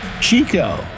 Chico